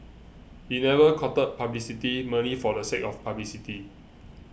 he never courted publicity merely for the sake of publicity